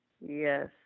Yes